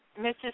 Mrs